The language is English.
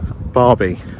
Barbie